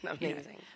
amazing